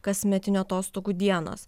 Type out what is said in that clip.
kasmetinių atostogų dienos